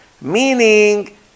Meaning